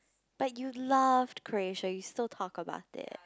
but you loved Croatia you still talk about it